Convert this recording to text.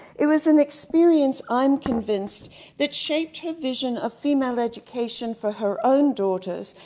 it was an experience i'm convinced that shaped her vision of female education for her own daughters,